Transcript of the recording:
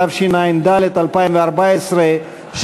התשע"ד 2014,